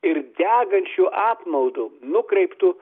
ir degančiu apmaudu nukreiptu